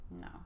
No